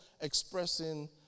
expressing